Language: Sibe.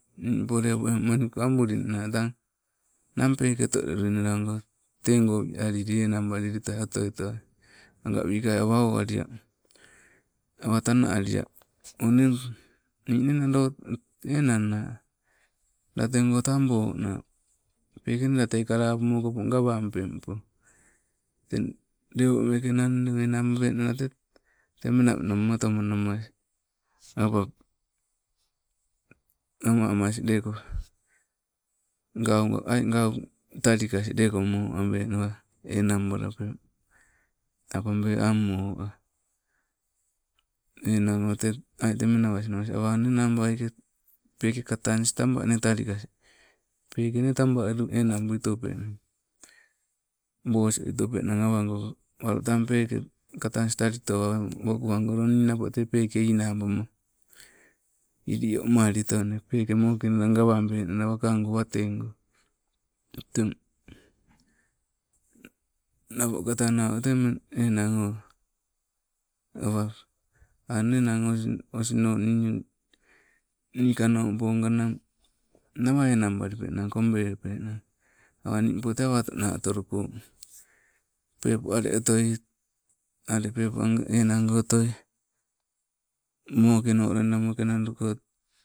Niimpo lepo eng maniku tang ambulina nang peeke otoleluinalago. tego wialili enang balilitoai otoitoai, agaa wikai awa lia, awa tana alia one, nii nee nadoo, enang naa. Lategoo tabo na, peke nee latei kalapumo okopo gawampempo teng, lepo meeke nanne enambupenala te, te mena menaba matomanamas awa, ama amas leko mo abenawa enang balape, apabe ang mo ah. Enang o tee ai, tee menabas namas awa angnee nang waike, peke katanis taba nee talikas, peeke nee taba in enang buitopeng, bose utopeng awago walu tang peke katanistalitoa, woku agolo nnapo tee peeke inabama, ili omalitone peeke mokenala gumabe naa, wakango wateego. Tang, napo kata nau tee enang o, awa angnee nang osno nii, nikanompo naba, nawa enang balipenang. kobelipe ang, awa nimpo tee awatona otoloko pepo ale otoi, ale pepo, ang enango otoi, mokeno loida mokedaluko